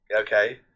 okay